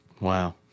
Wow